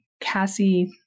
Cassie